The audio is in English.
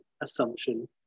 assumption